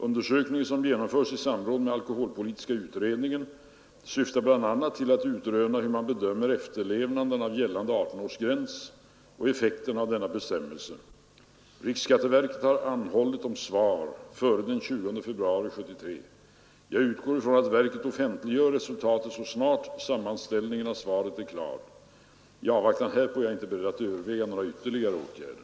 Undersökningen, som genomförs i samråd med alkoholpolitiska utredningen, syftar bl.a. till att utröna hur man bedömer efterlevnaden av gällande 18-årsgräns och effekterna av denna bestämmelse. Riksskatteverket har anhållit om svar före den 20 februari 1973. Jag utgår från att verket offentliggör resultatet så snart sammanställningen av svaren är klar. I avvaktan härpå är jag inte beredd att överväga några ytterligare åtgärder.